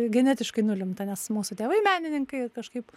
genetiškai nulemta nes mūsų tėvai menininkai ir kažkaip